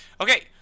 okay